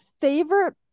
favorite